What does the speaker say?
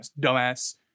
dumbass